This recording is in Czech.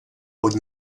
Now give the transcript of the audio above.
pod